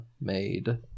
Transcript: made